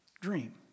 dream